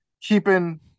keeping